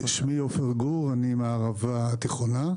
שמי עופר גור, אני מהערבה התיכונה.